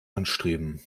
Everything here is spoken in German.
anstreben